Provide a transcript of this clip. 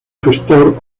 gestor